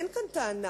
אין כאן טענה.